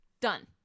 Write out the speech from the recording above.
Done